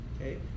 okay